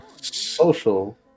Social